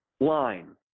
line